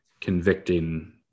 convicting